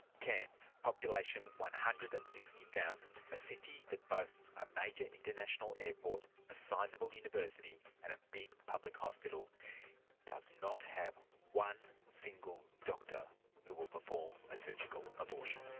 cairns, population one hundred and sixty thousand, a city that boasts a major international airport, a sizeable university and a big public hospital does not have one single doctor who will perform a surgical abortion.